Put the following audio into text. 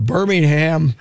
Birmingham